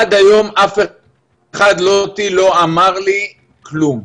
עד היום לא אמרו לי כלום.